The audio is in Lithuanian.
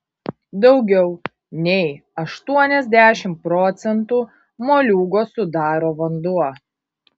daugiau nei aštuoniasdešimt procentų moliūgo sudaro vanduo